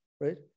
right